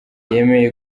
yemeye